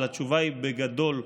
אבל התשובה היא בגדול: